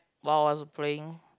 while I was playing